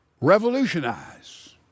revolutionize